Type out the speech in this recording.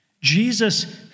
Jesus